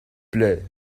plait